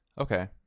Okay